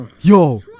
Yo